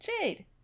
jade